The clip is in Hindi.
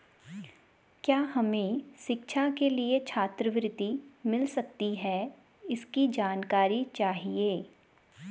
क्या हमें शिक्षा के लिए छात्रवृत्ति मिल सकती है इसकी जानकारी चाहिए?